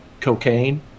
cocaine